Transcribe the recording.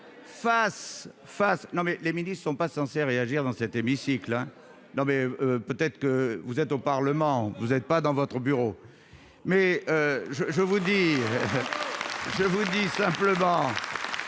face à face, non, mais les milices. Ils ne sont pas sincères réagir dans cet hémicycle, non, mais peut-être que vous êtes au Parlement, vous n'êtes pas dans votre bureau. Mais je je vous dire, je vous dis simplement.